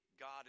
God